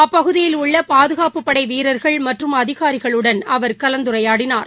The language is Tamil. அப்பகுதியில் உள்ள பாதுகாப்புப் படை வீரர்கள் மற்றும் அதிகாரிகளுடன் அவர் கலந்துரையாடினார்